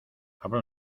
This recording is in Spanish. hablo